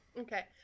Okay